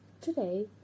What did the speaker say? Today